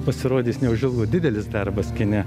pasirodys neužilgo didelis darbas kine